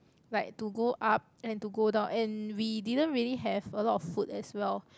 like to go up and to go down and we didn't really have a lot of food as well